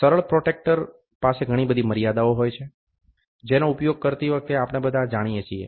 સરળ પ્રોટ્રેક્ટર પાસે ઘણી મર્યાદાઓ હોય છે જેનો ઉપયોગ કરતી વખતે આપણે બધા જાણીએ છીએ